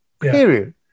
Period